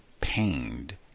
pained